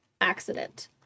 accident